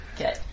Okay